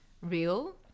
real